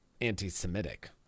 anti-Semitic